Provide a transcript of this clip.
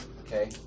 Okay